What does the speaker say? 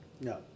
No